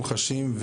חשים,